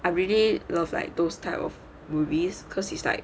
I really love like those type of movies cause it's like